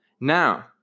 Now